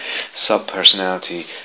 Subpersonality